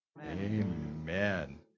Amen